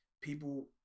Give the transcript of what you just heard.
people